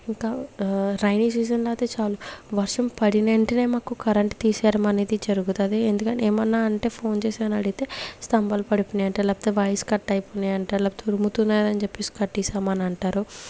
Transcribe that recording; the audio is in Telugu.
ఇంకా రైనీ సీజన్ లో అయితే చాలు వర్షం పడిన వెంటనే మాకు కరెంటు తీసేయడం అనేది జరుగుతుంది ఎందుకంటే ఏమన్నా అంటే ఫోన్ చేసికాని అడిగితే స్తంభాలు పడిపోయినాయి అంటారు లేకపోతే వైర్స్ కట్ అయిపోయినాయి అంటారు లేకపోతే ఉరుముతున్నాయి అని చెప్పేసి కట్టేసాం అంటారు